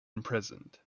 imprisoned